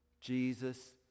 Jesus